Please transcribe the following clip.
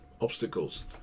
Obstacles